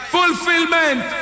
Fulfillment